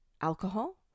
alcohol